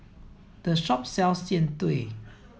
the shop sells jian dui